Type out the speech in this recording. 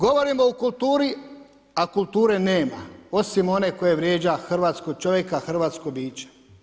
Govorimo o kulturi a kulture nema osim one koje vrijeđa hrvatskog čovjeka, hrvatsko biće.